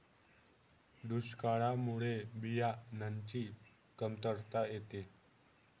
दुष्काळामुळे बियाणांची कमतरता येते